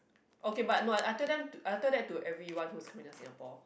okay but no I told them I tell that to everyone who's coming to Singapore